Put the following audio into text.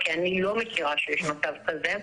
כי אני לא מכירה שיש מצב כזה,